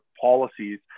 policies